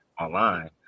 online